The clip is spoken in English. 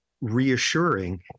reassuring